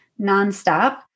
nonstop